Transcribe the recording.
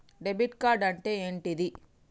Debit card అంటే ఏంటిది?